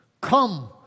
Come